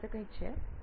તમારી પાસે કંઈક છે